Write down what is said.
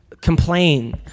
complain